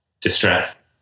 distress